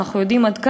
ואנחנו יודעים עד כמה,